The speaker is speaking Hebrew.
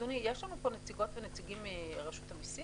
אדוני יש לנו כאן נציגות ונציגים מרשות המסים?